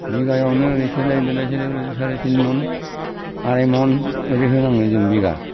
बिघायावनो सेलाय बेलाय सेलाय बेलायै साराइ तिनमन आराइमन बेबादि होनाङो जों बिघा